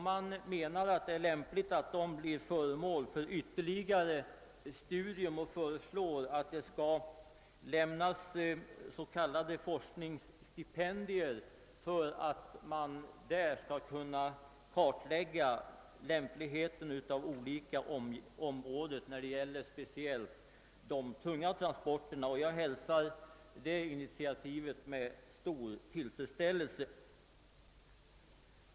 Man menar att det är lämpligt att frågorna blir föremål för ytterligare studium och föreslår, att det skall lämnas s.k. forskningsstipendier för kartläggning av transportmedlens lämplighet på olika områden, speciellt när det gäller de tunga transporterna. Jag hälsar detta initiativ med stor tillfredsställelse.